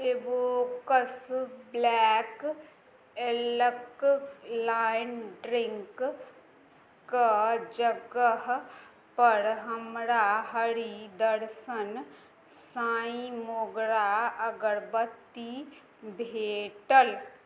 abacus black alkaline drink कऽ जगह पर हमरा हरी दर्शन साईं मोगरा अगरबत्ती भेटल